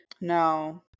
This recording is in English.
No